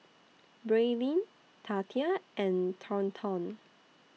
Braelyn Tatia and Thornton